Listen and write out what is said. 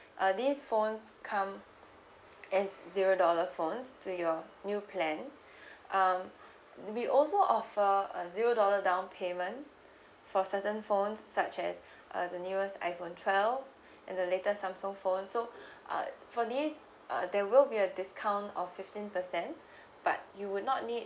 uh these phones come as zero dollar phones to your new plan um we also offer a zero dollar down payment for certain phones such as uh the newest iphone twelve and the latest samsung phone so uh for these uh there will be a discount of fifteen percent but you would not need